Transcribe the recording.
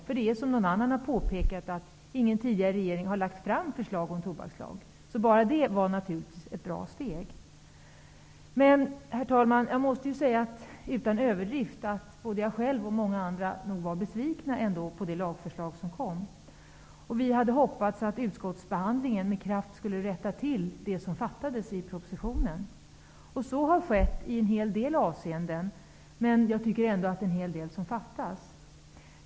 Ingen tidigare regering har, som någon annan har påpekat, lagt fram förslag om tobakslag. Bara det var naturligtvis ett bra steg. Men, herr talman, utan överdrift måste jag säga att både jag själv och många andra ändå blev besvikna på det lagförslag som kom. Vi hade hoppats att utskottsbehandlingen med kraft skulle rätta till det som fattades i propositionen. Så har skett i en hel del avseenden. Men jag tycker ändå att det är en hel del som fattas.